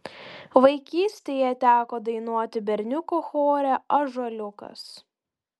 vaikystėje teko dainuoti berniukų chore ąžuoliukas